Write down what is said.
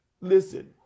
Listen